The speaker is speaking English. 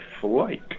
flight